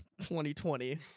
2020